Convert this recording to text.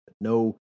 no